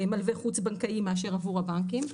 מלווה חוץ בנקאי מאשר עבור הבנקים.